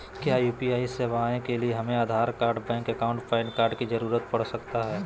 क्या यू.पी.आई सेवाएं के लिए हमें Aadhaar card bank account PAN card की जरूरत पड़ सकता है?